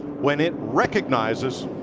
when it recognizes